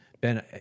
Ben